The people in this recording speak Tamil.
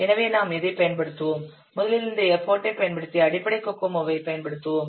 எனவே நாம் எதைப் பயன்படுத்துவோம் முதலில் இந்த எஃபர்ட் ஐ பயன்படுத்தி அடிப்படை கோகோமோவைப் பயன்படுத்துவோம்